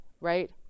right